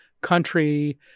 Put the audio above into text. country